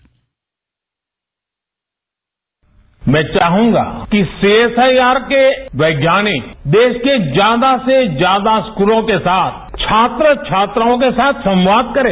bite मैं चाहूंगा कि सीएसआईआर वैज्ञानिक देश के ज्यादा से ज्यादा स्कूलों के साथ छात्र छात्राओं के साथ संवाद करें